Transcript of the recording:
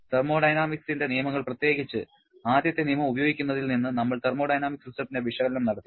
തെർമോഡൈനാമിക്സിന്റെ നിയമങ്ങൾ പ്രത്യേകിച്ച് ആദ്യത്തെ നിയമം ഉപയോഗിക്കുന്നതിൽ നിന്ന് നമ്മൾ തെർമോഡൈനാമിക് സിസ്റ്റത്തിന്റെ വിശകലനം നടത്തി